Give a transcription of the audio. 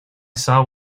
saw